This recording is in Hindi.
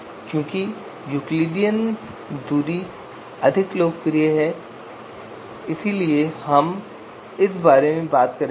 क्योंकि यूक्लिडियन दूरी अधिक लोकप्रिय है इसलिए हम इस बारे में बात करेंगे